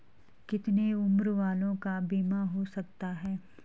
कितने उम्र वालों का बीमा हो सकता है?